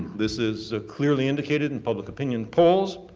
this is clearly indicated in public opinion polls.